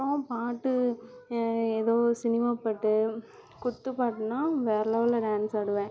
அப்புறம் பாட்டு ஏதோ சினிமா பாட்டு குத்து பாட்டுன்னா வேற லெவலில் டான்ஸ் ஆடுவேன்